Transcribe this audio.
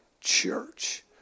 church